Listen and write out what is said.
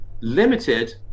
limited